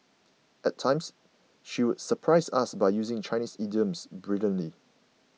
at times she would surprise us by using Chinese idioms brilliantly